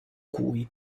cui